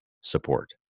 support